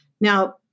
Now